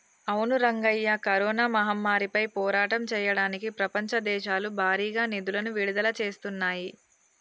అవును రంగయ్య కరోనా మహమ్మారిపై పోరాటం చేయడానికి ప్రపంచ దేశాలు భారీగా నిధులను విడుదల చేస్తున్నాయి